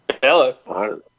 Hello